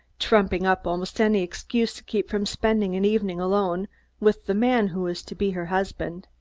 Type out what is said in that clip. trumping up almost any excuse to keep from spending an evening alone with the man who was to be her husband.